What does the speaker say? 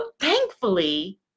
thankfully